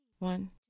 One